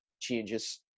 changes